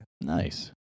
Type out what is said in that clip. Nice